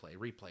replay